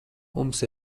mums